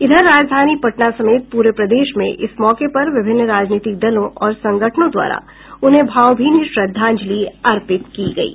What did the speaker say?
इधर राजधानी पटना समेत पूरे प्रदेश में इस मौके पर विभिन्न राजनीतिक दलों और संगठनों द्वारा उन्हें भावभीनी श्रद्वांजलि अर्पित की गयी